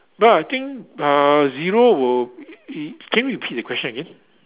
no I think uh zero will E can you repeat the question again